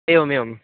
एवमेवम्